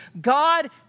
God